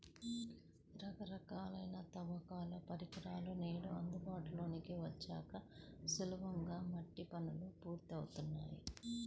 రకరకాలైన తవ్వకాల పరికరాలు నేడు అందుబాటులోకి వచ్చాక సులభంగా మట్టి పనులు పూర్తవుతున్నాయి